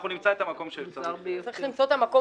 מוזר ביותר.